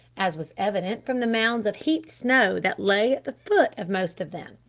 as was evident from the mounds of heaped snow that lay at the foot of most of them.